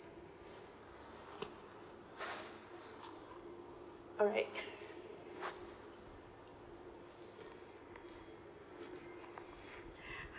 alright